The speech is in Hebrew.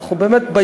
אנחנו באמת,